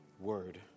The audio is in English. Word